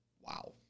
wow